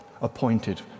appointed